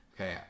Okay